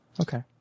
okay